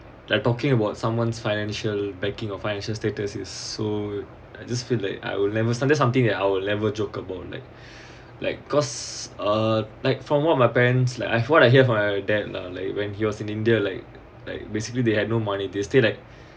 like talking about someone's financial backing or financial status is so I just feel like I will never that's something I'll never joke about like like cause uh like from what my parents like I've what I hear from my dad lah like when he was in india like like basically they had no money they'd stayed like